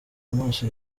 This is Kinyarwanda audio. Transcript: amaso